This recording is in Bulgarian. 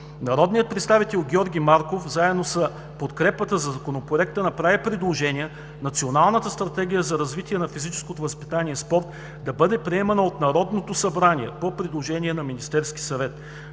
Народният представител Георги Марков заедно с подкрепата за Законопроекта направи предложение Националната стратегия за развитие на физическото възпитание и спорта да бъде приемана от Народното събрание по предложение на Министерския съвет.